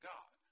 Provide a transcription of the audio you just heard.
God